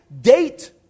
date